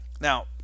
Now